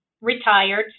retired